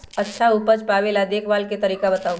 अच्छा उपज पावेला देखभाल के तरीका बताऊ?